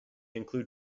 include